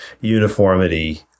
uniformity